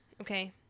okay